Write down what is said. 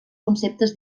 conceptes